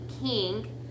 king